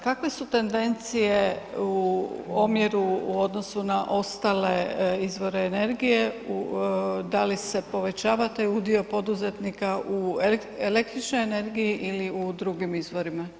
Kakve su tendencije u omjeru u odnosu na ostale izvore energije, da li se povećava taj udio poduzetnika u električnoj energiji ili u drugim izvorima?